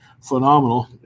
phenomenal